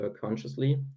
consciously